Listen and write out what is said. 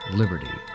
liberty